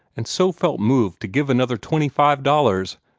and so felt moved to give another twenty five dollars,